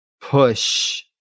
push